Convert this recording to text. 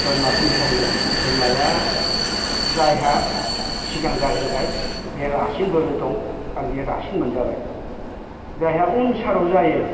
बोरमाफोरनि फावलाय बेयो बोरमाया जायहा सिगां जाग्रोबाय बे रासिन बोलो दं आरो बेयो रासिन मोनजाबाय जायहा उनथाराव जायो